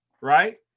right